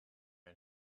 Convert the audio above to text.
own